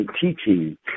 teaching